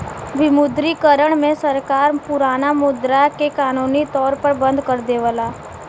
विमुद्रीकरण में सरकार पुराना मुद्रा के कानूनी तौर पर बंद कर देवला